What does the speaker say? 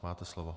Máte slovo.